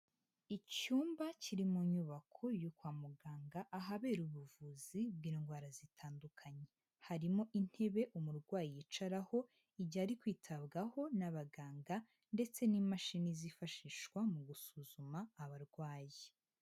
Icyumba kiri mu nyubako yo kwa muganga ahabera ubuvuzi bw'indwara zitandukanye, harimo intebe umurwayi yicaraho igihe ari kwitabwaho n'abaganga ndetse n'imashini zifashishwa mu gusuzuma abarwayi.